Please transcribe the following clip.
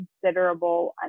considerable